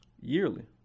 yearly